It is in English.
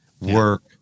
work